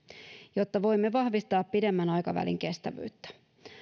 jotta voimme vahvistaa pidemmän aikavälin kestävyyttä